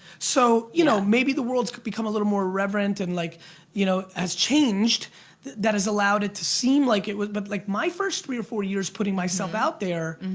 so you know maybe the world's become a little more irreverent and like you know has changed that has allowed it to seem like it, but like my first three or four years putting myself out there